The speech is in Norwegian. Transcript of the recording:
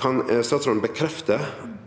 Kan statsråden bekrefte